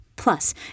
Plus